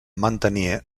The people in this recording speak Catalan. mantenir